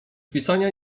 pisania